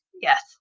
Yes